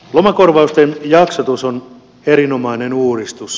lomakorvausten jaksotus on erinomainen uudistus